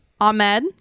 Ahmed